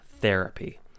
therapy